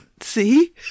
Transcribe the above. See